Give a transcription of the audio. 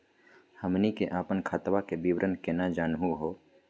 हमनी के अपन खतवा के विवरण केना जानहु हो?